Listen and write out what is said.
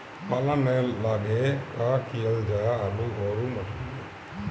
पाला न लागे का कयिल जा आलू औरी मटर मैं?